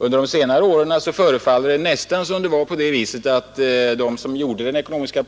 Under senare år förefaller det som om